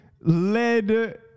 led